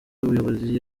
y’ubuyobozi